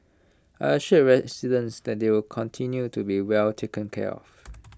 I assured residents that they will continue to be well taken care of